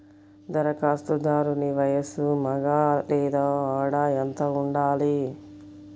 ధరఖాస్తుదారుని వయస్సు మగ లేదా ఆడ ఎంత ఉండాలి?